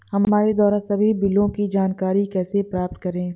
हमारे द्वारा सभी बिलों की जानकारी कैसे प्राप्त करें?